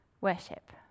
worship